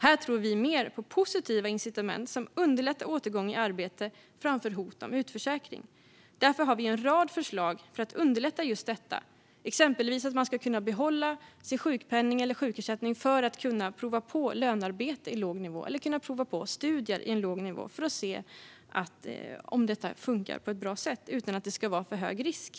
Här tror vi på positiva incitament som underlättar återgång i arbete framför hot om utförsäkring. Därför har vi en rad förslag för att underlätta just detta. Exempelvis ska man kunna behålla sin sjukpenning eller sjukersättning medan man provar på lönearbete på låg nivå eller studier på låg nivå för att se om det funkar på ett bra sätt utan att det är för hög risk.